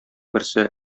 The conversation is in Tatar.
берсе